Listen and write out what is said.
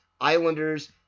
Islanders